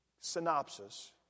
synopsis